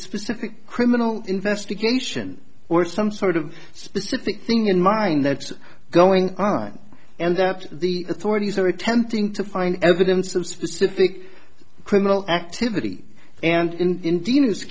specific criminal investigation or some sort of specific thing in mind that's going on and up to the authorities are attempting to find evidence of specific criminal activity and in